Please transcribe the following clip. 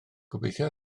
gobeithio